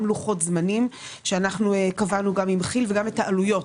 גם לוחות זמנים שקבענו גם עם כי"ל וגם את העלויות.